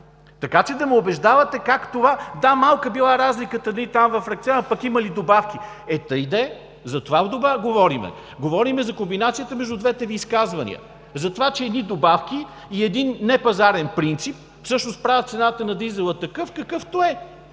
Така че да ме убеждавате как това – да, малка била разликата, пък имали добавки. Е тъй де, затова говорим. Говорим за комбинацията между двете Ви изказвания. Затова, че едни добавки и един непазарен принцип всъщност правят цената на дизела такъв, какъвто е.